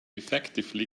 effectively